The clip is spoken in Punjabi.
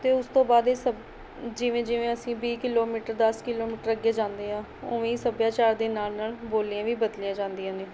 ਅਤੇ ਉਸ ਤੋਂ ਬਾਅਦ ਇਹ ਸਭ ਜਿਵੇਂ ਜਿਵੇਂ ਅਸੀਂ ਵੀਹ ਕਿਲੋਮੀਟਰ ਦਸ ਕਿਲੋਮੀਟਰ ਅੱਗੇ ਜਾਂਦੇ ਹਾਂ ਉਵੇਂ ਹੀ ਸੱਭਿਆਚਾਰ ਦੇ ਨਾਲ ਨਾਲ ਬੋਲੀਆਂ ਵੀ ਬਦਲੀਆਂ ਜਾਂਦੀਆਂ ਨੇ